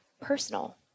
personal